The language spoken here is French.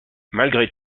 malgré